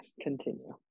continue